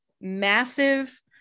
massive